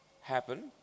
happen